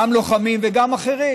גם לוחמים וגם אחרים,